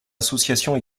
associations